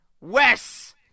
Wes